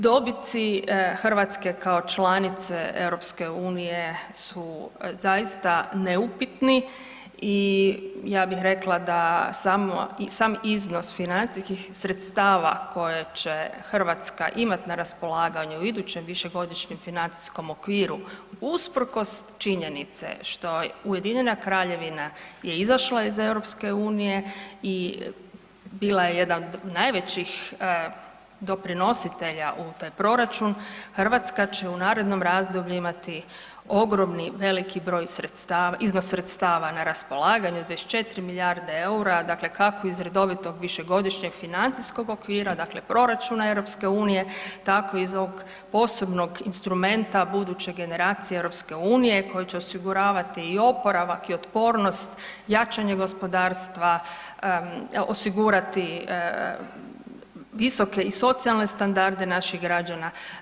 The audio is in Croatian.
Dobiti Hrvatske kao članice EU su zaista neupitni i ja bih rekla sam iznos financijskih sredstava koje će Hrvatska imati na raspolaganju u idućem višegodišnjem financijskom okviru usprkos činjenice što Ujedinjena Kraljevina je izašla iz EU i bila je jedan od najvećih doprinositelja u taj proračun, Hrvatska će u narednom razdoblju imati ogromni, veliki broj sredstava, iznos sredstava na raspolaganju 24 milijarde EUR-a, dakle kako iz redovitog višegodišnjeg financijskog okvira, dakle proračuna EU, tako i iz ovog posebnog instrumenta Buduće generacije EU koji će osiguravati i oporavak i otpornost, jačanje gospodarstva, osigurati visoke i socijalne standarde naših građana.